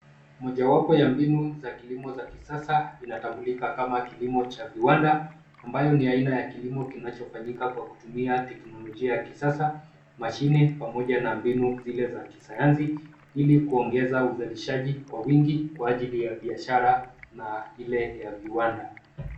Mojawapo wa mbinu za kilimo za kisasa inatambulika kama kilimo cha viwanda ambayo ni aina ya kilimo kinachofanyika kwa kutumia teknolojia ya kisasa, mashine pamoja na mbinu zile za kisayansi ili kuongeza uzalishaji kwa wingi kwa ajili ya biashara na ile ya viwanda.